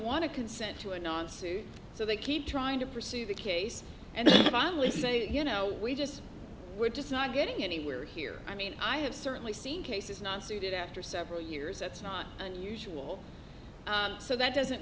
want to consent to a non suit so they keep trying to pursue the case and finally say you know we just we're just not getting anywhere here i mean i have certainly seen cases not suited after several years that's not unusual so that doesn't